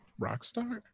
Rockstar